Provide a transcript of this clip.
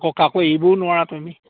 আকৌ কাকো এৰিবও নোৱাৰা তুমি